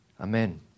Amen